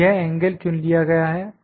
यह एंगल चुन लिया गया है